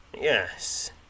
Yes